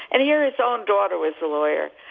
and he or his own daughter was a lawyer.